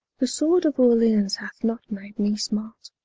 the sword of orleance hath not made me smart,